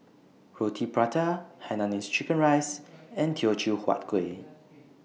Roti Prata Hainanese Curry Rice and Teochew Huat Kueh